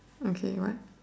okay what